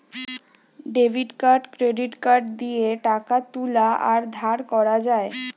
debit card credit card দিয়ে টাকা তুলা আর ধার করা যায়